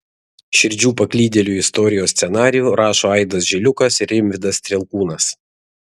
širdžių paklydėlių istorijos scenarijų rašo aidas žiliukas ir rimvydas strielkūnas